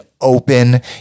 open